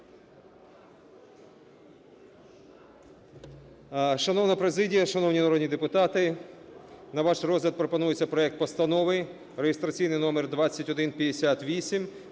Шановна президія, шановні народні депутати, на ваш розгляд пропонується проект Постанови (реєстраційний номер 2158)